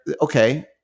okay